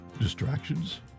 distractions